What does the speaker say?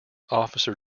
officer